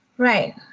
Right